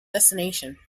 destination